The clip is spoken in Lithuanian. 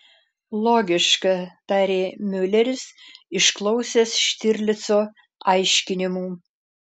logiška tarė miuleris išklausęs štirlico aiškinimų